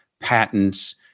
patents